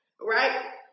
Right